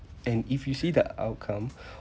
and if you see the outcome